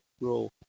role